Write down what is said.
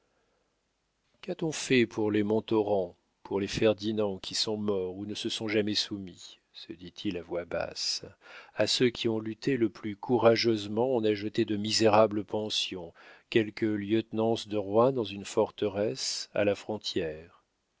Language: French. qu'a-t-on fait pour les montauran pour les ferdinand qui sont morts ou ne se sont jamais soumis se dit-il à voix basse a ceux qui ont lutté le plus courageusement on a jeté de misérables pensions quelque lieutenance de roi dans une forteresse à la frontière